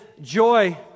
joy